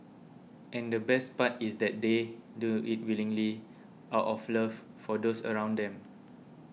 and the best part is that they do it willingly out of love for those around them